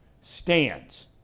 stands